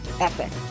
epic